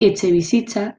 etxebizitza